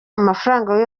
amafaranga